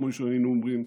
כמו שהיינו אומרים,